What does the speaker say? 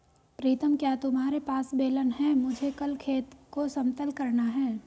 प्रीतम क्या तुम्हारे पास बेलन है मुझे कल खेत को समतल करना है?